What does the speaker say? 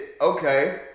Okay